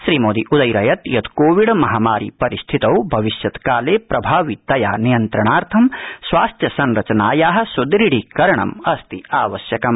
श्रीमोदी उदयित् यत् कोविड महामारी परिस्थितौ भविष्यत् काल प्रभावितया नियन्त्रणार्थं स्वास्थ्य संरचनाया सुदृढीकरणमस्ति आवश्यकम्